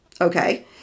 Okay